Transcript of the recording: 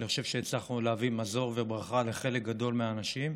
אני חושב שהצלחנו להביא מזור וברכה לחלק גדול מהאנשים,